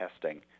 testing